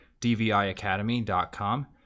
dviacademy.com